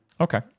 Okay